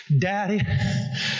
daddy